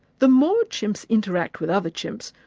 the more chimps interact with other chimps,